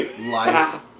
life